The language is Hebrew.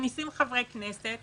מכניסים חברי כנסת